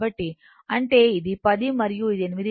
కాబట్టి అంటే ఇది 10 మరియు ఇది 8